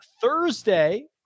Thursday